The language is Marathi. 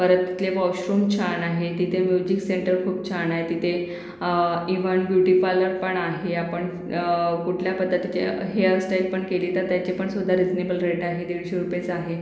परत तिथले वॉशरूम छान आहे तिथे म्युजिक सेंटर खूप छान आहे तिथे इवण ब्युटी पाल्लरपण आहे आपण कुठल्या पद्धतीते हेअरस्टाईल पण केली तर त्याचेपण सुद्धा रिजनेबल रेट आहे दीडशे रुपयेच आहे